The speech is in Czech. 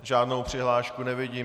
Žádnou přihlášku nevidím.